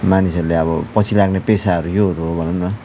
मानिसहरूले अबपछि लाग्ने पेसाहरू योहरू हो भनौँ न